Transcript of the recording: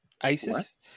Isis